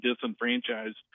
disenfranchised